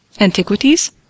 Antiquities